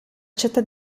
città